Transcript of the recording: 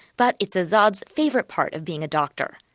but it's azad's favorite part of being a doctor.